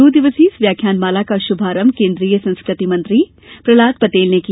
दो दिवसीय इस व्याख्यानमाला का शुभारंभ केन्द्रीय संस्कृति मंत्री प्रहलाद पटेल ने किया